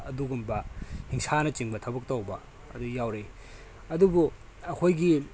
ꯑꯗꯨꯒꯨꯝꯕ ꯍꯤꯡꯁꯥꯅꯆꯤꯡꯕ ꯊꯕꯛ ꯇꯧꯕ ꯑꯗꯨ ꯌꯥꯎꯔꯛꯏ ꯑꯗꯨꯕꯨ ꯑꯩꯈꯣꯏꯒꯤ